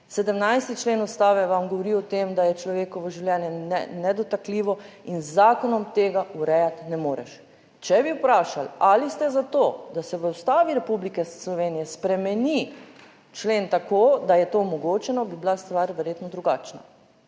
17. člen Ustave vam govori o tem, da je človekovo življenje nedotakljivo in z zakonom tega urejati ne moreš. Če bi vprašali ali ste za to, da se v Ustavi Republike Slovenije spremeni člen. Tako, da je to omogočeno bi bila stvar verjetno drugačna,